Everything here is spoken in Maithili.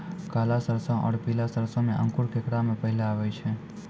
काला सरसो और पीला सरसो मे अंकुर केकरा मे पहले आबै छै?